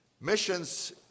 Missions